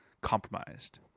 compromised